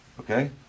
okay